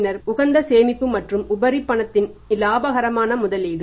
பின்னர் உகந்த சேமிப்பு மற்றும் உபரி பணத்தின் லாபகரமான முதலீடு